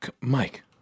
Mike